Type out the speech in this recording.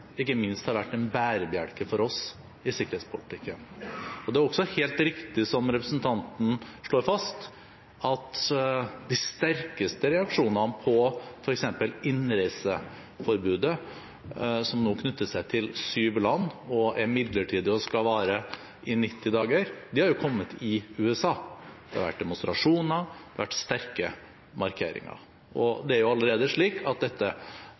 ikke minst har vært en bærebjelke for oss i sikkerhetspolitikken. Det er også helt riktig, som representanten slår fast, at de sterkeste reaksjonene på f.eks. innreiseforbudet – som nå knytter seg til syv land, er midlertidig og skal vare i 90 dager – har kommet i USA. Det har vært demonstrasjoner, det har vært sterke markeringer, og det er allerede slik at dette